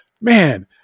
Man